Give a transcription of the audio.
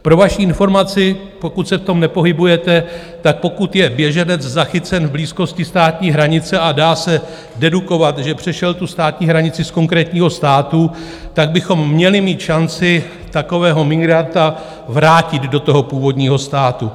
Pro vaši informaci, pokud se v tom nepohybujete, tak pokud je běženec zachycen v blízkosti státní hranice a dá se dedukovat, že přešel státní hranici z konkrétního státu, tak bychom měli mít šanci takového migranta vrátit do toho původního státu.